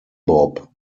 bop